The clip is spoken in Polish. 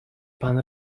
pan